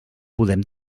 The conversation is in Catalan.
podem